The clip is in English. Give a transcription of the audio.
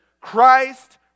Christ